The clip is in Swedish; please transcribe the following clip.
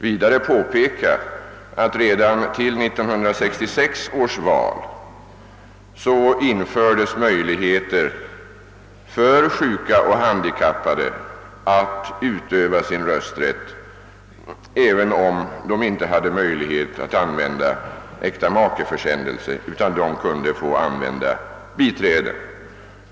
Vidare erinrar jag om att möjligheter för sjuka och handikappade att utöva sin rösträtt infördes redan till 1966 års val. Om vederbörande inte hade tillfälle att använda äktamakeförsändelse, kunde de få anlita biträde.